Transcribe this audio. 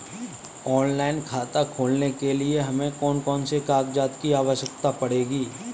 Online खाता खोलने के लिए हमें कौन कौन से कागजात की आवश्यकता पड़ेगी?